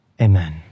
Amen